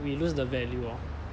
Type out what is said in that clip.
we lose the value lor